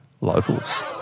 locals